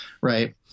right